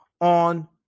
on